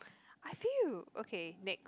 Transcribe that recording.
I feel okay next